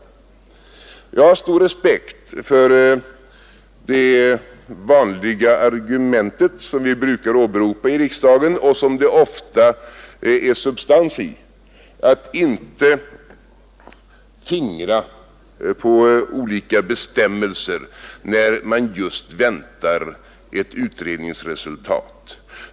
Jag har stor respekt för det vanliga argumentet, som vi brukar åberopa i riksdagen och som det ofta är substans i, att inte fingra på olika bestämmelser när man just väntar ett utredningsresultat.